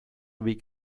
week